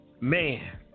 man